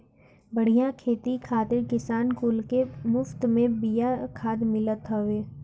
बढ़िया खेती खातिर किसान कुल के मुफत में बिया खाद मिलत हवे